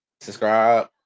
Subscribe